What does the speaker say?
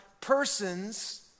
persons